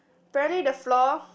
apparently the floor